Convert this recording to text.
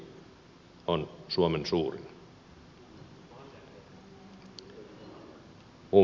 minun mielestäni risto ryti